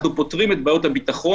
אנחנו פותרים את בעיות הביטחון,